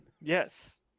yes